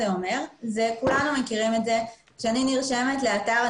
כולנו מכירים את זה שאני נרשמת לאתר,